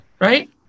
right